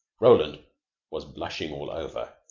roland was blushing all over.